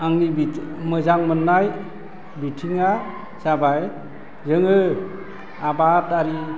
आंनि बिदि मोजां मोन्नाय बिथिङा जाबाय जोङो आबादारि